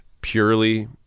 Purely